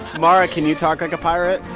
mara, can you talk like a pirate?